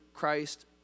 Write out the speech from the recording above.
Christ